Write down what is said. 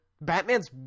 Batman's